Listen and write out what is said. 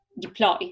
deploy